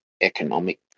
economic